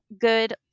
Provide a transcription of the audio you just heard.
good